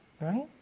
Right